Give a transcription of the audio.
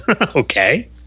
Okay